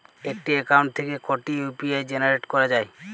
একটি অ্যাকাউন্ট থেকে কটি ইউ.পি.আই জেনারেট করা যায়?